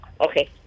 okay